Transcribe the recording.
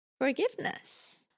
Forgiveness